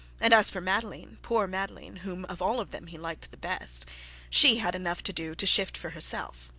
and as for madeline poor madeline, whom of all of them he liked the best she had enough to do to shift for herself.